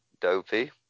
dopey